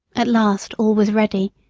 at last all was ready,